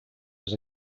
was